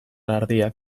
ardiak